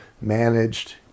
managed